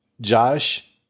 Josh